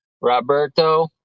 Roberto